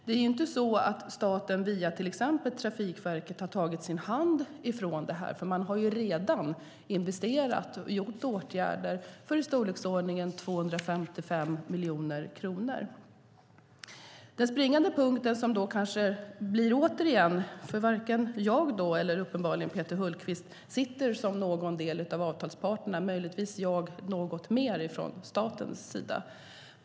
Det är inte så att staten via till exempel Trafikverket har tagit sin hand från det här. Man har ju redan investerat och vidtagit åtgärder i storleksordningen 255 miljoner kronor. Det finns kanske en springande punkt. Varken jag eller Peter Hultqvist, uppenbarligen, sitter som någon del av avtalsparterna - möjligtvis gör jag det något mer från statens sida.